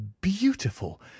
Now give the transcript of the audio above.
beautiful